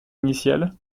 initial